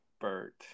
Bert